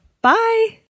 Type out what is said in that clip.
Bye